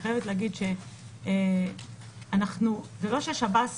- לא שהשב"ס